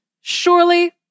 Surely